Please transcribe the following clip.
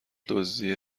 دزدی